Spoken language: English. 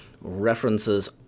references